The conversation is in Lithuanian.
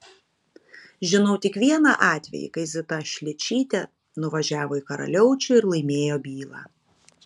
žinau tik vieną atvejį kai zita šličytė nuvažiavo į karaliaučių ir laimėjo bylą